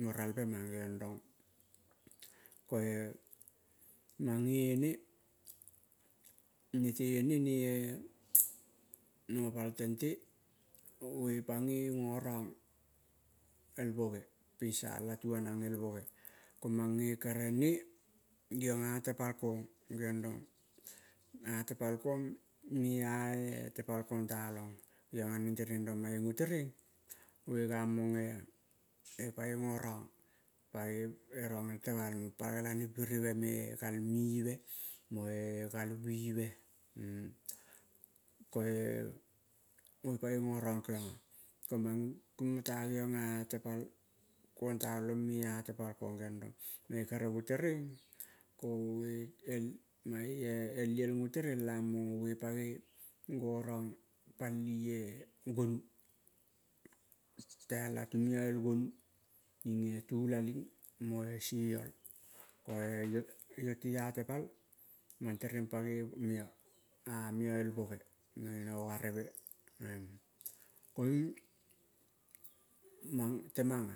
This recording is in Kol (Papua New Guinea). mo ralvemang geiong rong, ko-e mange ne, nete ne ne eh nopal tente go ge pagoi gorong el boge pinsa latu aneng el boge, ko mange kere ne geiong a atepal kong gerong rong a tepal kong me-a tepal kong talong, geiong a neng tereng rong mange go tereng kamong eh pagoi gorong pai goi gorong el temah pal gela nipirive gal mive mo-e da mewe, koe goge pagoi gorong gegiong ah. Komang, koing mo ta geiong ah tepal kong talong me-a tepal kong geiong rong mange kere gotereng, ko guge mange iel liel gotereng lamong goge pagoi go raom palie, gonu tai latu meo el gonu ing e tulaling mo-e sieol, koe iyo te-e a tepal mang tereng pagoi ameo el boge mangeiong na ogareve koing mang tamang ah